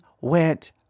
went